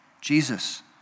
Jesus